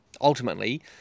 Ultimately